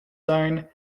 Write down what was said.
zone